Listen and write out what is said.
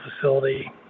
facility